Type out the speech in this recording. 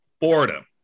boredom